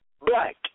black